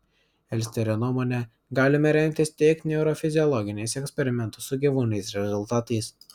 elsterio nuomone galime remtis tik neurofiziologiniais eksperimentų su gyvūnais rezultatais